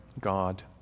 God